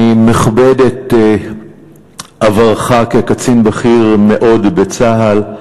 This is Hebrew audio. אני מכבד את עברך כקצין בכיר מאוד בצה"ל,